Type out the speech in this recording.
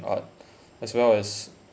art as well as